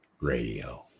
Radio